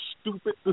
stupid